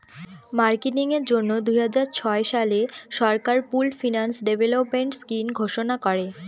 marketing এর জন্য দুই হাজার ছয় সালে সরকার পুল্ড ফিন্যান্স ডেভেলপমেন্ট স্কিম ঘোষণা করে